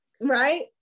right